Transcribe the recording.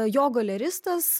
jo galeristas